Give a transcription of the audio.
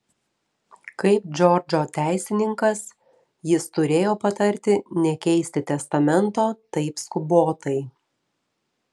kaip džordžo teisininkas jis turėjo patarti nekeisti testamento taip skubotai